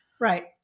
Right